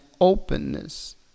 openness